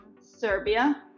Serbia